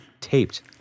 taped